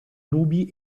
nubi